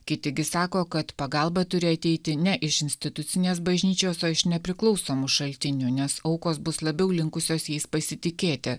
kiti gi sako kad pagalba turi ateiti ne iš institucinės bažnyčios o iš nepriklausomų šaltinių nes aukos bus labiau linkusios jais pasitikėti